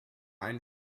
ein